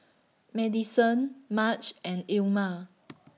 Madyson Marge and Ilma